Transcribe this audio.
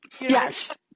Yes